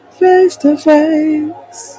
face-to-face